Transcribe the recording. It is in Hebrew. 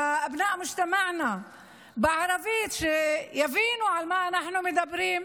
(אומרת בערבית: לבני העם שלנו,) שיבינו על מה אנחנו מדברים,